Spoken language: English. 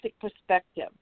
perspective